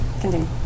Continue